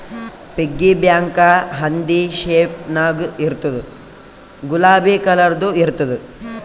piggy bank ಹಂದಿ shape ನಾಗ್ ಇರ್ತುದ್ ಗುಲಾಬಿ ಕಲರ್ದು ಇರ್ತುದ್